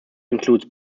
includes